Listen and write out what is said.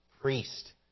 Priest